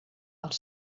els